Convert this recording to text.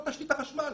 כמו תשתית החשמל.